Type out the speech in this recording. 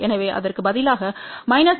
எனவே அதற்கு பதிலாக 3 dB நாங்கள் 3